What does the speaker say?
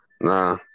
Nah